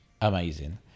amazing